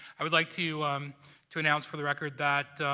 i would like to um to announce for the record, that